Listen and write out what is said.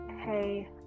hey